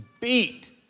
beat